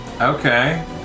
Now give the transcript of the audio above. Okay